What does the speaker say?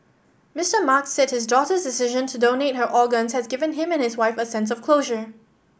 Mister Mark said his daughter's decision to donate her organ has given him and his wife a sense of closure